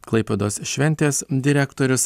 klaipėdos šventės direktorius